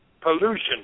pollution